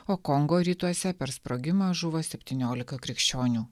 o kongo rytuose per sprogimą žuvo septyniolika krikščionių